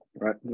right